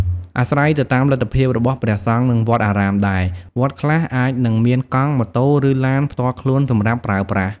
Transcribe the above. អាស្រ័យទៅតាមលទ្ធភាពរបស់ព្រះសង្ឃ និងវត្តអារាមដែរ វត្តខ្លះអាចនឹងមានកង់ ម៉ូតូ ឬ ឡានផ្ទាល់ខ្លួនសម្រាប់ប្រើប្រាស់។